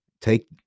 take